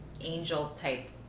angel-type